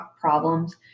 problems